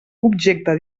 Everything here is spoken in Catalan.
objecte